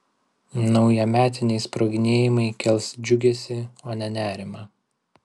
naujametiniai sproginėjimai kels džiugesį o ne nerimą